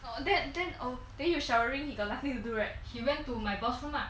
well that then oh then you showering he got nothing to do right he went to my boss room lah